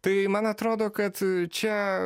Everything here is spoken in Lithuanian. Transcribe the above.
tai man atrodo kad čia